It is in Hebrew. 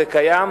זה קיים,